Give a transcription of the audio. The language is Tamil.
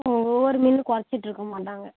ஒவ்வொரு மீன்லையும் குறச்சிட்ருக்க மாட்டாங்க